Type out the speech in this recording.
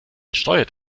steuert